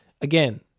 Again